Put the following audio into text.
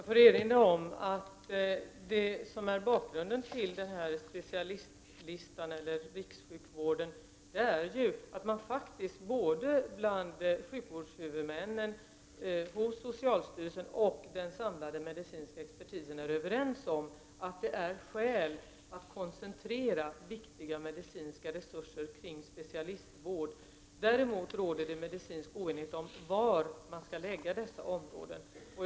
Fru talman! Jag får erinra om att bakgrunden till specialistlistan eller den s.k. rikssjukvården är att man faktiskt bland både sjukvårdshuvudmännen, socialstyrelsen och den samlade medicinska expertisen är överens om att det är skäl att koncentrera viktiga medicinska resurser kring specialistvård. Däremot råder medicinsk oenighet kring var man skall lägga dessa områden.